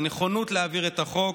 הנכונות להעביר את החוק.